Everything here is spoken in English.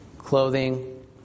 Clothing